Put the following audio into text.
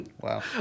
Wow